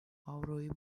avroyu